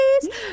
please